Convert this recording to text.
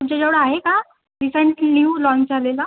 तुमच्याजवळ आहे का रिसेंट न्यू लॉंच झालेला